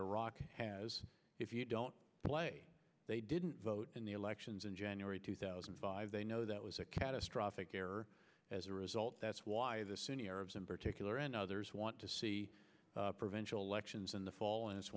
iraq has if you don't play they didn't vote in the elections in january two thousand and five they know that was a catastrophic error as a result that's why the sunni arabs in particular and others want to see prevention elections in the fall and it's